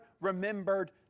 remembered